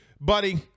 Buddy